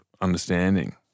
understanding